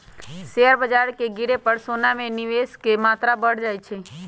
share बाजार के गिरे पर सोना में निवेश के मत्रा बढ़ जाइ छइ